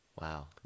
Wow